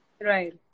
Right